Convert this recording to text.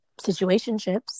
situationships